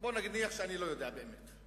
בוא נניח שאני לא יודע באמת.